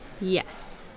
Yes